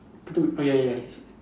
to do oh ya ya ya